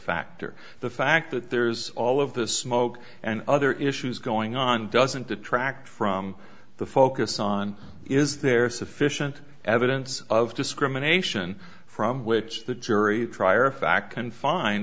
factor the fact that there's all of this smoke and other issues going on doesn't detract from the focus on is there sufficient evidence of discrimination from which the jury